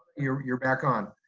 you're you're back on,